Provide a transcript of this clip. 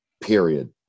Period